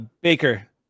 baker